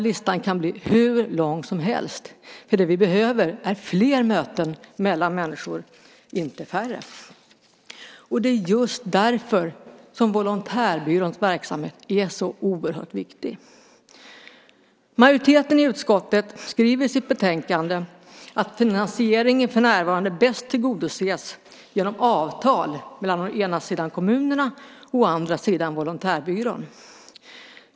Listan kan göras hur lång som helst. Det vi behöver är fler möten mellan människor, inte färre. Det är just därför som Volontärbyråns verksamhet är så oerhört viktig. Majoriteten i utskottet skriver i sitt betänkande att finansieringen för närvarande bäst tillgodoses genom avtal mellan å ena sidan kommunerna och å andra sidan Volontärbyrån.